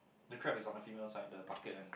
the crab is on the female side the bucket and